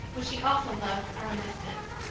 which he also loved from a dis tance,